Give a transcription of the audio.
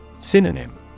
Synonym